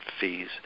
fees